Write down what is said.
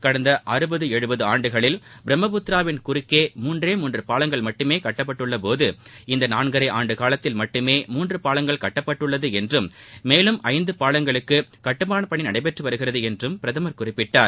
கடந்த அறுபது ஏழுபது ஆண்டுகளில் பிரமபுத்திராவின் குறுக்கே மூன்றே மூன்று பாலங்கள் மட்டுமே கட்டப்பட்டுள்ள போது நாள்கரை ஆண்டு காலத்தில் மட்டுமே மூன்று பாலங்கள் கட்டப்பட்டுள்ளது என்றும் மேலும் ஐந்து பாவங்களுக்கு கட்டுமான பணி நடைபெற்று வருகிறது என்றும் பிரதமர் குறிப்பிட்டார்